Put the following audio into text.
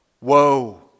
woe